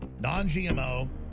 Non-GMO